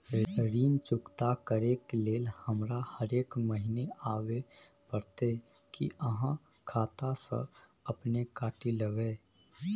ऋण चुकता करै के लेल हमरा हरेक महीने आबै परतै कि आहाँ खाता स अपने काटि लेबै?